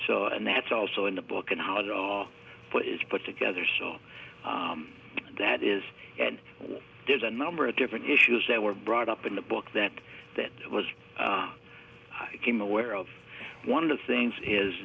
and that's also in the book and how it is put together so that is and there's a number of different issues that were brought up in the book that that was came aware of one of the things is